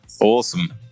awesome